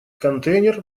контейнер